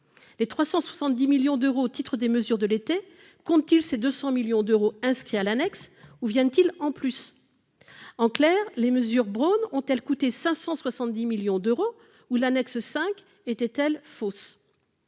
Les 370 millions d'euros au titre des mesures de l'été comprennent-ils ces 200 millions d'euros inscrits à l'annexe ou s'y ajoutent-ils ? En clair, les mesures Braun ont-elles coûté 570 millions d'euros ou l'annexe 5 était-elle fausse ?